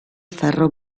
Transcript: ferro